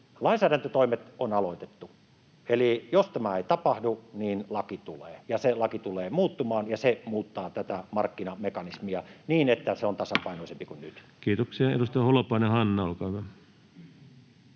Lainsäädäntötoimet on aloitettu, eli jos tämä ei tapahdu, niin laki tulee, ja se laki tulee muuttumaan, ja se muuttaa tätä markkinamekanismia niin, että se on tasapainoisempi kuin nyt. Kiitoksia. — Edustaja Holopainen, Hanna, olkaa hyvä.